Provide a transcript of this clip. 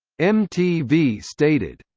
mtv stated,